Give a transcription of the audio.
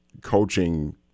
coaching